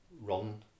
run